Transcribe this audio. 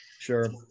sure